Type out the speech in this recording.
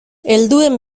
helduen